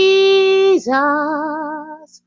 Jesus